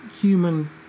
human